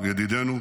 וידידינו,